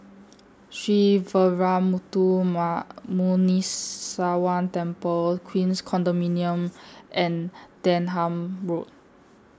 Sree Veeramuthu Muneeswaran Temple Queens Condominium and Denham Road